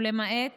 ולמעט